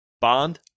Bond